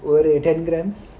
ten grammes